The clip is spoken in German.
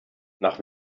nach